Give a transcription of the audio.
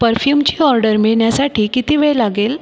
परफ्यूमची order मिळण्यासाठी किती वेळ लागेल